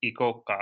Ikoka